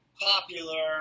popular